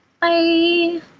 Bye